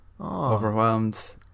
Overwhelmed